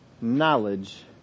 knowledge